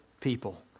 people